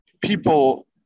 people